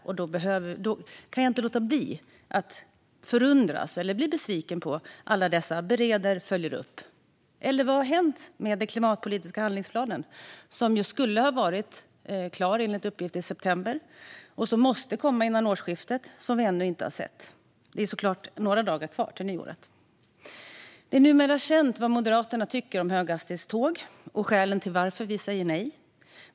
Då kan jag inte låta bli att förundras över, eller bli besviken på, alla dessa "bereder" och "följer upp". Vad har hänt med den klimatpolitiska handlingsplanen, som ju enligt uppgift skulle ha varit klar i september, som måste komma före årsskiftet och som vi ännu inte har sett. Det är såklart några dagar kvar till nyåret. Det är numera känt vad Moderaterna tycker om höghastighetståg och skälen till att vi säger nej.